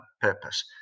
purpose